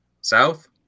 South